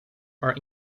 are